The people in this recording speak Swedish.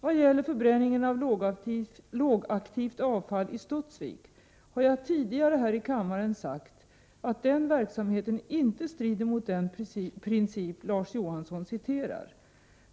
Vad gäller förbränningen av lågaktivt avfall i Studsvik har jag tidigare här i kammaren sagt att den verksamheten inte strider mot den princip Larz Johansson citerar.